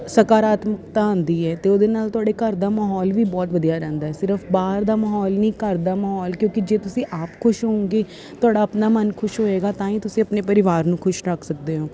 ਸਕਾਰਾਤਮਕਤਾ ਆਉਂਦੀ ਹੈ ਅਤੇ ਉਹਦੇ ਨਾਲ ਤੁਹਾਡੇ ਘਰ ਦਾ ਮਾਹੌਲ ਵੀ ਬਹੁਤ ਵਧੀਆ ਰਹਿੰਦਾ ਸਿਰਫ਼ ਬਾਹਰ ਦਾ ਮਾਹੌਲ ਨਹੀਂ ਘਰ ਦਾ ਮਾਹੌਲ ਕਿਉਂਕਿ ਜੇ ਤੁਸੀਂ ਆਪ ਖੁਸ਼ ਹੋਵੇਗੇ ਤੁਹਾਡਾ ਆਪਣਾ ਮਨ ਖੁਸ਼ ਹੋਵੇਗਾ ਤਾਂ ਹੀ ਤੁਸੀਂ ਆਪਣੇ ਪਰਿਵਾਰ ਨੂੰ ਖੁਸ਼ ਰੱਖ ਸਕਦੇ ਹੋ